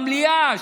במליאה,